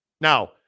Now